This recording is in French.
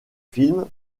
film